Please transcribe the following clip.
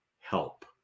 help